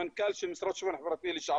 המנכ"ל לשעבר של המשרד לשוויון חברתי.